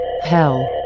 Hell